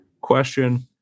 question